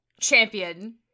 champion